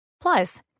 Plus